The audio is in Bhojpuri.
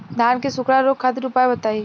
धान के सुखड़ा रोग खातिर उपाय बताई?